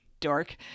Dork